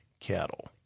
Cattle